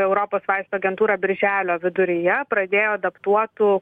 europos vaistų agentūra birželio viduryje pradėjo adaptuotų